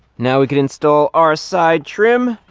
now, we could install our side trim.